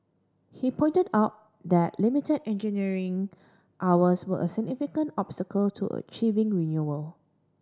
he pointed out that limited engineering hours were a significant obstacle to achieving renewal